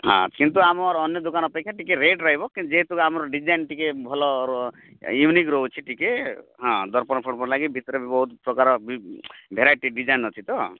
ହଁ କିନ୍ତୁ ଆମର୍ ଅନ୍ୟ ଦୁକାନ ଅପେକ୍ଷା ଟିକେ ରେଟ୍ ରହିବ କିନ୍ତୁ ଯେହେତୁ ଆମର୍ ଡ଼ିଜାଇନ୍ ଟିକେ ଭଲ ୟୁନିକ୍ ରହୁଛି ଟିକେ ହଁ ଦର୍ପଣଫର୍ପଣ ଲାଗି ଭିତରେ ବହୁତ୍ ପ୍ରକାର ବି ଭେରାଇଟି ଡ଼ିଜାଇନ୍ ଅଛି ତ